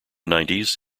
nineties